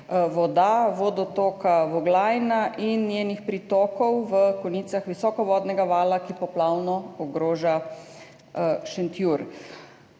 voda vodotoka Voglajne in njenih pritokov v konicah visokovodnega vala, ki poplavno ogroža Šentjur.